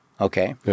Okay